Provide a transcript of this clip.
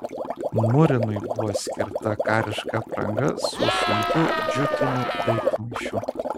murinui buvo skirta kariška apranga su sunkiu džiutiniu daiktmaišiu